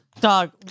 Dog